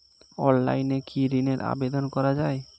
অনলাইনে কি ঋনের আবেদন করা যায়?